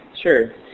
Sure